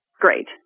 great